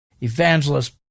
evangelist